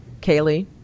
Kaylee